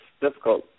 difficult